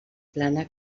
plana